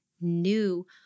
new